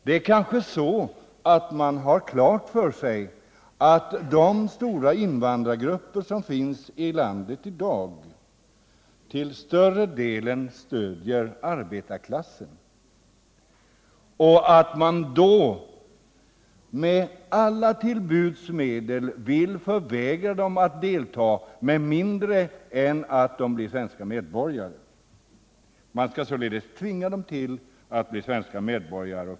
Det är kanske så att man har klart för sig att de stora invandrargrupper som finns i landet i dag till större delen stöder arbetarklassen. Därför vill man med alla till buds stående medel förvägra dem att delta med mindre än att de blir svenska medborgare. Man skall således tvinga dem att bli svenska medborgare.